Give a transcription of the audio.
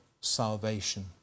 salvation